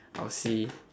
I'll see